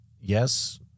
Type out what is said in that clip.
yes